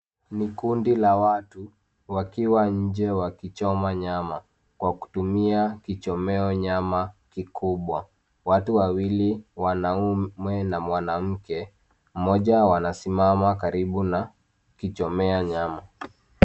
Ni kundi la watu wakiwa nje wakichoma nyama kwa kutumia kichomeo nyama kikubwa. Watu Wawili mwanamme na mwanamke mmoja anasimama karibu na kichomea nyama.